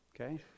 okay